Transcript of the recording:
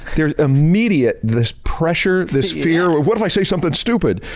there is immediate, this pressure, this fear, what if i say something stupid?